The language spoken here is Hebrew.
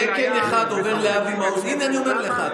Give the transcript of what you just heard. תקן אחד עובר לאבי מעוז, הינה, אני אומר לך.